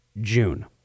June